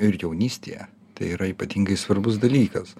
ir jaunystėje tai yra ypatingai svarbus dalykas